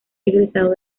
egresado